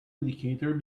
indicator